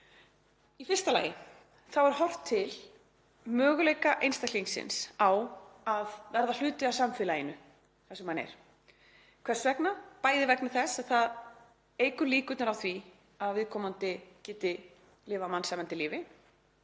Annars vegar er horft til möguleika einstaklingsins á að verða hluti af samfélaginu þar sem hann er. Hvers vegna? Bæði vegna þess að það eykur líkurnar á því að viðkomandi geti lifað mannsæmandi lífi